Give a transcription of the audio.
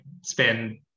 spend